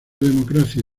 democracia